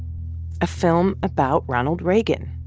a film about ronald reagan.